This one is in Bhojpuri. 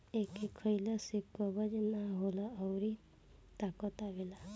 एके खइला से कब्ज नाइ होला अउरी ताकत आवेला